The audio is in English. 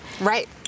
Right